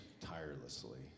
tirelessly